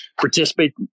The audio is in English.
participate